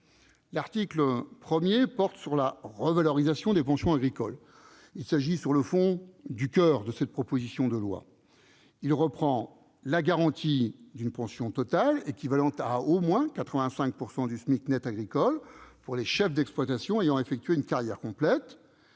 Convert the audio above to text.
L'article 1 porte sur la revalorisation des pensions agricoles. Il s'agit du coeur de cette proposition de loi. Il reprend la garantie d'une pension totale équivalente à au moins 85 % du SMIC net agricole pour les chefs d'exploitation ayant effectué une carrière complète.